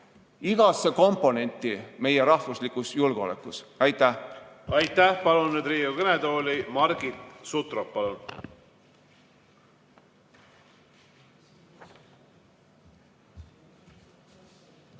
igasse komponenti meie rahvuslikus julgeolekus. Aitäh! Aitäh! Palun nüüd Riigikogu kõnetooli Margit Sutropi.